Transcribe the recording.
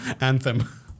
Anthem